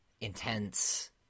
intense